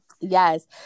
Yes